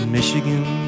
Michigan